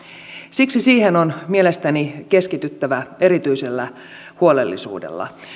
siksi siihen on mielestäni keskityttävä erityisellä huolellisuudella